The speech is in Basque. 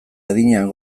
adinean